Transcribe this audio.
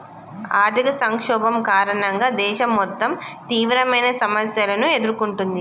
ఆర్థిక సంక్షోభం కారణంగా దేశం మొత్తం తీవ్రమైన సమస్యలను ఎదుర్కొంటుంది